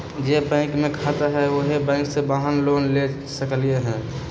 जे बैंक में खाता हए उहे बैंक से वाहन लोन लेल जा सकलई ह